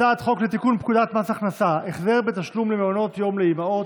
הצעת חוק לתיקון פקודת מס הכנסה (החזר בתשלום למעונות יום לאימהות),